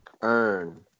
earn